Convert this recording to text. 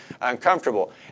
uncomfortable